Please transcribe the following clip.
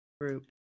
group